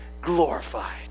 glorified